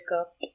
up